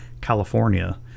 california